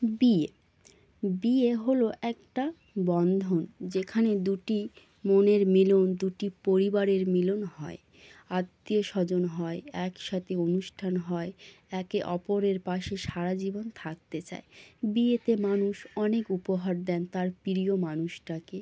বিয়ে বিয়ে হলো একটা বন্ধন যেখানে দুটি মনের মিলন দুটি পরিবারের মিলন হয় আত্মীয়স্বজন হয় একসাথে অনুষ্ঠান হয় একে অপরের পাশে সারা জীবন থাকতে চায় বিয়েতে মানুষ অনেক উপহার দেন তার প্রিয় মানুষটাকে